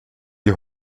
die